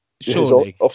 Surely